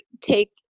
take